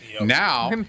Now